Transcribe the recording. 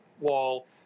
wall